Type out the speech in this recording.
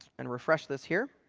and refresh this here,